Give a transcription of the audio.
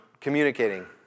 communicating